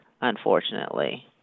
unfortunately